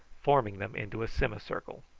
forming them into a semicircle.